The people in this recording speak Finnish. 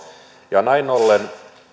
näin ollen